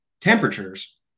temperatures